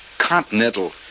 continental